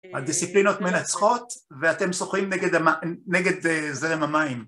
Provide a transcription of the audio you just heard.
הדיסציפלינות מנצחות ואתם שוחים נגד זרם המים.